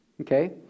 Okay